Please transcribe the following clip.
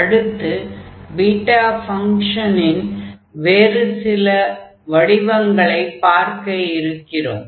அடுத்து beta function Bmn இன் வேறு சில வடிவங்களைப் பார்க்க இருக்கிறோம்